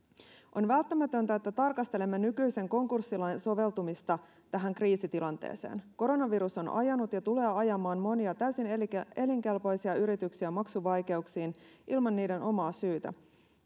on välttämätöntä että tarkastelemme nykyisen konkurssilain soveltumista tähän kriisitilanteeseen koronavirus on ajanut ja tulee ajamaan monia täysin elinkelpoisia yrityksiä maksuvaikeuksiin ilman niiden omaa syytä